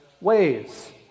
ways